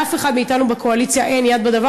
לאף אחד מאתנו בקואליציה אין יד בדבר